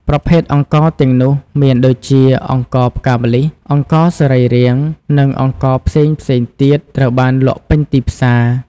ប្រភេទអង្ករទាំងនោះមានដូចជា អង្ករផ្កាម្លិះ អង្ករសរីរាង្គ និងអង្ករផ្សេងៗទៀតត្រូវបានលក់ពេញទីផ្សារ។